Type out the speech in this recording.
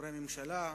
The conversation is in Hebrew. חברי הממשלה,